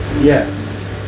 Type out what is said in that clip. Yes